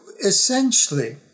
essentially